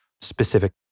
specific